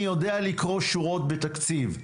אני יודע לקרוא שורות בתקציב.